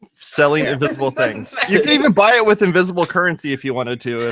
selling invisible things. you could even buy it with invisible currency if you wanted to